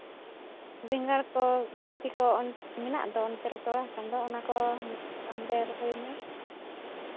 ᱵᱮᱸᱜᱟᱲ ᱠᱚ ᱵᱤᱞᱟᱹᱛᱤ ᱠᱚ ᱢᱮᱱᱟᱜ ᱫᱚ ᱚᱱᱛᱮ ᱨᱮ ᱛᱚᱣᱟ ᱟᱠᱟᱱ ᱫᱚ ᱚᱱᱟ ᱠᱚ ᱦᱟᱱᱛᱮ ᱨᱚᱦᱚᱭ ᱢᱮ